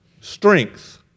strength